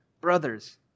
Brothers